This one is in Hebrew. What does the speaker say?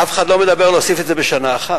אף אחד לא אומר להוסיף את זה בשנה אחת.